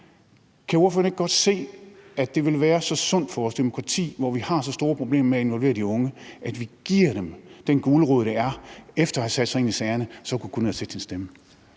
Kan ordføreren ikke godt se, at det vil være så sundt for vores demokrati, hvor vi har så store problemer med at involvere de unge, at vi giver dem den gulerod, det er, efter at have sat sig ind i sagerne, at kunne gå ned og afgive sin stemme?